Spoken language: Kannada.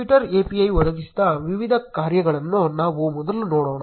twitter API ಒದಗಿಸಿದ ವಿವಿಧ ಕಾರ್ಯಗಳನ್ನು ನಾವು ಮೊದಲು ನೋಡೋಣ